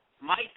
Mike